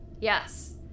Yes